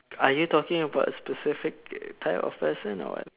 are you talking about a specific type of person or what